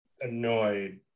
annoyed